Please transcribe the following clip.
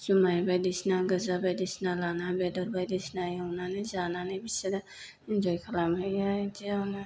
जुमाय बायदिसिना गोजा बायदिसिना लाना बेदर बायदिसिना लानानै एवनानै जानानै बिसोरो एन्जय खालाम हैयो इदियावनो